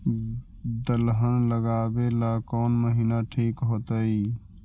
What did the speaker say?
दलहन लगाबेला कौन महिना ठिक होतइ?